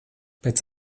pēc